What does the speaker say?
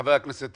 חבר הכנסת